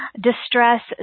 distress